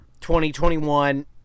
2021